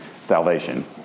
salvation